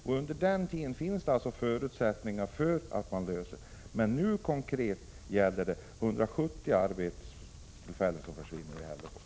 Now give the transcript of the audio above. Det finns förutsättningar för att lösa problemen under den perioden. Men nu handlar det konkret om att 170 arbetstillfällen i Hällefors skall försvinna redan i år.